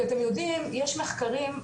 כי אתם יודעים יש מחקרים,